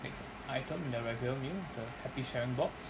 next item in their regular meal the happy sharing box